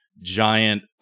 Giant